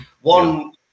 one